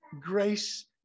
grace